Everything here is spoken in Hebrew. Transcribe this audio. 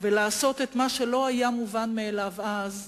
ולעשות את מה שלא היה מובן מאליו אז,